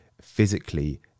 physically